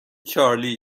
چارلی